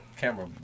Camera